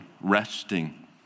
resting